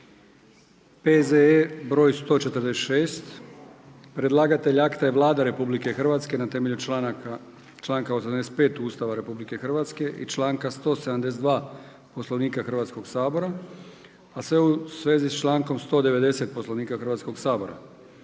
P.Z.E. br.146 Predlagatelj akta je Vlada RH na temelju članka 85. Ustava RH i članka 172. Poslovnika Hrvatskog sabora, a sve u svezi s člankom 190. Poslovnika Hrvatskog sabora.